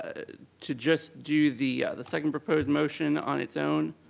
to just do the the second proposed motion on its own,